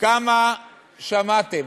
כמה שמעתם,